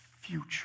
future